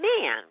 man